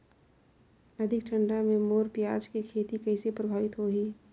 अधिक ठंडा मे मोर पियाज के खेती कइसे प्रभावित होही?